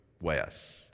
west